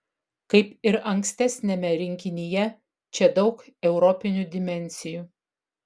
kaip ir ankstesniame rinkinyje čia daug europinių dimensijų